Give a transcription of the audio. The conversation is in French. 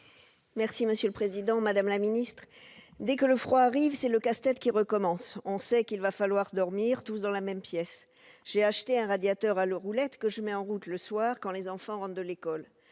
parole est à Mme Françoise Laborde. « Dès que le froid arrive, c'est le casse-tête qui recommence. On sait qu'il va falloir dormir tous dans la même pièce. J'ai acheté un radiateur à roulettes que je mets en route le soir quand les enfants rentrent de l'école.